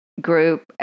group